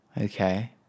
Okay